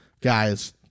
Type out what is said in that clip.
guys